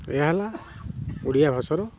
ଏହା ହେଲା ଓଡ଼ିଆଭାଷାର